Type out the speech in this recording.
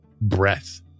breath